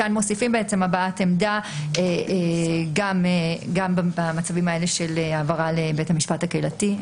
כאן מוסיפים הבעת עמדה גם במצבים האלה של העברה לבית המשפט הקהילתי.